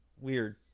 Weird